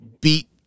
beat